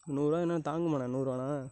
நூறுபானா தாங்குமாண்ணே நூறுபாலாம்